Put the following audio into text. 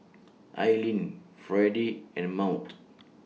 Aylin Fredy and Maud